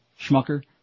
schmucker